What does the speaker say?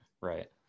right